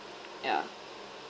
yeah